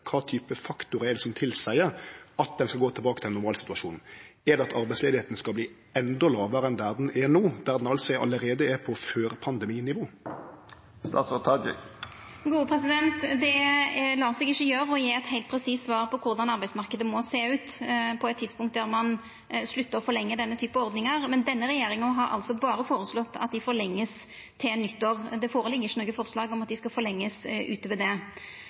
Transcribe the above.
kva type faktorar det er som tilseier at ein skal gå tilbake til ein normal situasjon. Er det at arbeidsløysa skal verte endå lågare enn ho er no, når ho allereie er på før-pandeminivå? Det lèt seg ikkje gjera å gje eit heilt presis svar på korleis arbeidsmarknaden må sjå ut på eit tidspunkt der ein sluttar å forlengja denne typen ordningar. Denne regjeringa har berre føreslått at dei vert forlengde til nyttår. Det ligg ikkje føre noko forslag om at dei skal verta forlengde utover det.